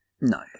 No